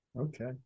okay